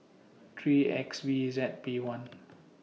three X V Z P one